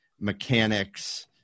mechanics